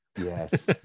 yes